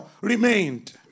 remained